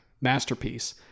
masterpiece